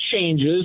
changes